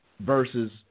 Versus